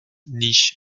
niche